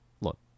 look